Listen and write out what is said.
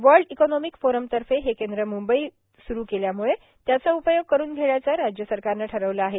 world economic फोरमतर्फे हे केंद्र म्ंबई स्रु केल्यामुळे त्याचा उपयोग करुन घेण्याचं राज्य सरकारनं ठरविले आहे